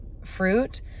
fruit